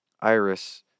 Iris